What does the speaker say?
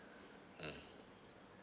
mmhmm